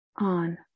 on